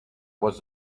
was